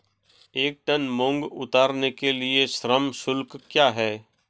एक टन मूंग उतारने के लिए श्रम शुल्क क्या है?